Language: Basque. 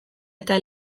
eta